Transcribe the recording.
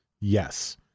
yes